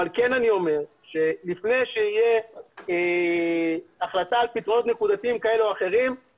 אבל כן אני אומר שלפני שתהיה החלטה על פתרונות נקודתיים כאלה או אחרים,